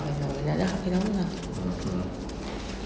err like that lah you know lah